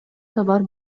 товар